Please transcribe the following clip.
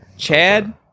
Chad